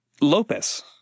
Lopez